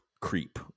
Creep